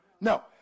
no